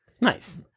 nice